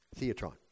Theatron